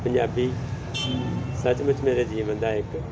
ਪੰਜਾਬੀ ਸੱਚ ਮੁੱਚ ਮੇਰੇ ਜੀਵਨ ਦਾ ਇੱਕ